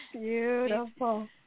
Beautiful